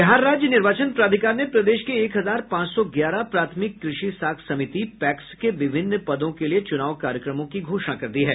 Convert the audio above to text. बिहार राज्य निर्वाचन प्राधिकार ने प्रदेश के एक हजार पांच सौ ग्यारह प्राथमिक कृषि साख समिति पैक्स के विभिन्न पदों के लिए चुनाव कार्यक्रमों की घोषणा कर दी है